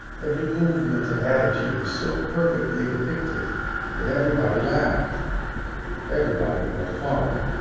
every movement and attitude was so perfectly depicted that everybody laughed everybody but the father.